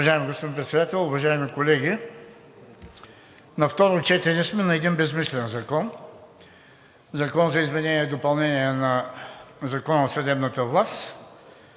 Уважаеми господин Председател, уважаеми колеги! На второ четене сме на един безсмислен закон – Закон за изменение и допълнение на Закона за съдебната власт,